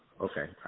Okay